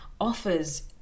offers